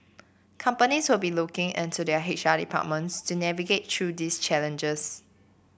companies will be looking and to their H R departments to navigate through these challenges